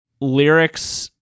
lyrics